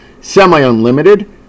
semi-unlimited